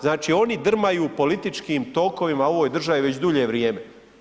Znači oni drmaju političkim tokovima u ovoj državi već dulje vrijeme.